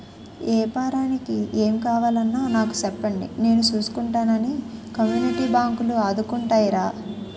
ఏపారానికి ఏం కావాలన్నా నాకు సెప్పండి నేను సూసుకుంటానని కమ్యూనిటీ బాంకులు ఆదుకుంటాయిరా